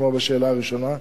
כמו בשאלה הראשונה,